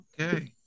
Okay